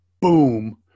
boom